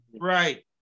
Right